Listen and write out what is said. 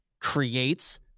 creates